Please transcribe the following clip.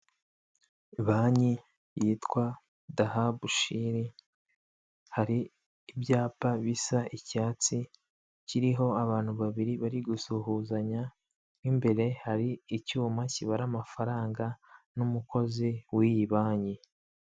Banki yitwa dahabushiri hari ibyapa bisa icyatsi kiriho abantu babiri bari gusuhuzanya m'imbere hari icyuma kibara amafaranga n'umukozi w'iyi banki.